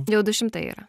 jau du šimtai yra